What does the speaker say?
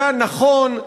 זה הנכון,